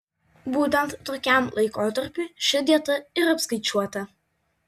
būtent tokiam laikotarpiui ši dieta ir apskaičiuota